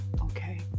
okay